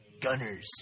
gunners